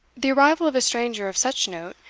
the arrival of a stranger of such note,